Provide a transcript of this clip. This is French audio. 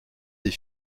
des